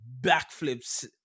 backflips